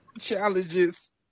Challenges